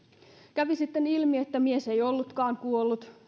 kävi sitten ilmi että mies ei ollutkaan kuollut